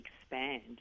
expand